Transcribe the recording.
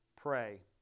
pray